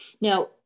Now